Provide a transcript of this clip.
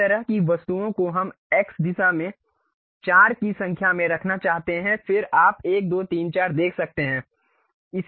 इस तरह की वस्तुओं को हम एक्स दिशा में चार की संख्या में रखना चाहते हैं फिर आप 1 2 3 4 देख सकते हैं